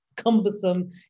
cumbersome